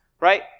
Right